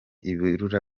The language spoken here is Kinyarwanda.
ibirura